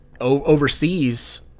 Overseas